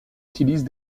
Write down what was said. utilise